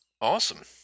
Awesome